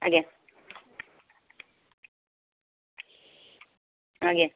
ଆଜ୍ଞା ଆଜ୍ଞା